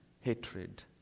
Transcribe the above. hatred